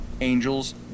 angels